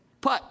Put